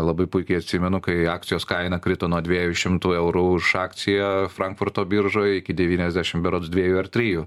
labai puikiai atsimenu kai akcijos kaina krito nuo dviejų šimtų eurų už akciją frankfurto biržoj iki devyniasdešim berods dviejų ar trijų